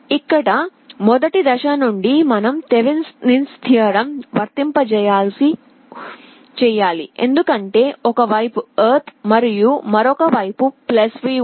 ఇక్కడ మొదటి దశ నుండే మనం థెవెనిన్ సిద్ధాంతాన్నిThevenin's theorem వర్తింపజేయాలి ఎందుకంటే ఒక వైపు ఎర్త్ మరియు మరొక వైపు V ఉంది